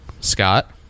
Scott